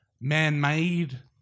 man-made